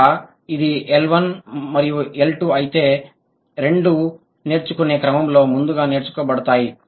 కనుక ఇది L1 మరియు L2 అయితే ఈ రెండూ L1 మరియు L2 నేర్చుకునే క్రమంలో ముందుగా నేర్చుకోబడతాయి